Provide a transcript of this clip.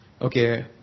okay